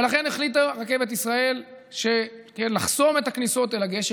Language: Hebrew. לכן החליטה רכבת ישראל לחסום את הכניסות אל הגשר.